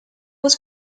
was